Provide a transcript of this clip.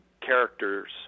characters